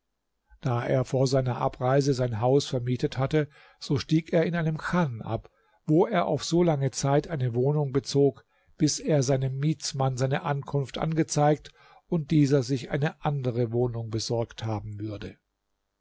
da er vor seiner abreise sein haus vermietet hatte so stieg er in einem chan ab wo er auf so lange zeit eine wohnung bezog bis er seinem mietsmann seine ankunft angezeigt und dieser sich eine andere wohnung besorgt haben würde